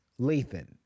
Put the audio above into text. Lathan